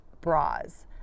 bras